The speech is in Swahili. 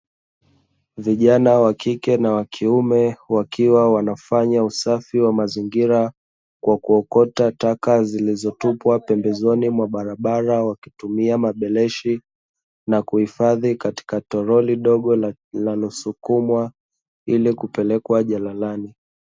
Vijana wa kike na wa kiume, wakiwa wanafanya usafi wa mazingira kwa kuokota taka zilizotupwa pembezoni mwa barabara, wakitumia mabeleshi na kuhifadhi katika torori dogo linalosukumwa ili kupelekwa jalalani.